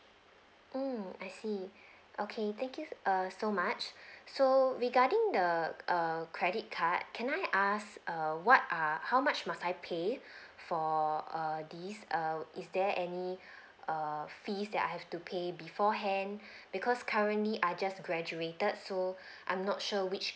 mm I see okay thank you err so much so regarding the err credit card can I ask err what are how much must I pay for err this err is there any err fees that I have to pay beforehand because currently I just graduated so I'm not sure which